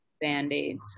Band-Aids